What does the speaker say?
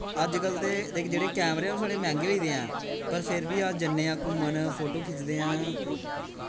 अज्ज कल दे जेह्ड़े कैमरे ऐ ओह् थोह्ड़े मैंह्गे होई गेदा ऐ पर फिर बी अस जन्ने आं घूमन फोटो खिचदे आं